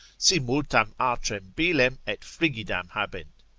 si multam atram bilem et frigidam habent.